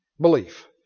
belief